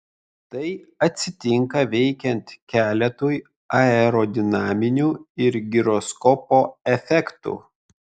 tai atsitinka veikiant keletui aerodinaminių ir giroskopo efektų